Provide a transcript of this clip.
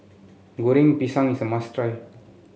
Goreng Pisang is a must try